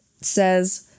says